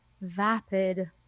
vapid